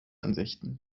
ansichten